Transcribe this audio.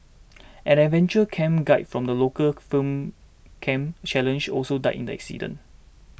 an adventure camp guide from the local firm Camp Challenge also died in the incident